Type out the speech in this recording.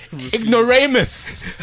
Ignoramus